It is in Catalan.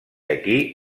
aquí